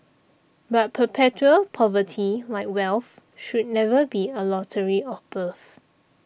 but perpetual poverty like wealth should never be a lottery of birth